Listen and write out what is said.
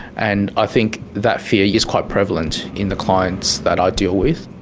and i think that fear is quite prevalent in the clients that i deal with.